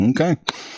Okay